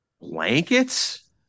Blankets